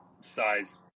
size